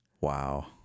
Wow